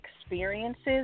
experiences